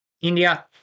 India